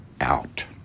out